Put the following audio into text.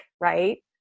right